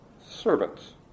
servants